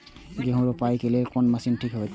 गेहूं रोपाई के लेल कोन मशीन ठीक होते?